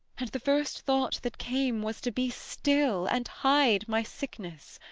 and the first thought that came, was to be still and hide my sickness